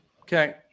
Okay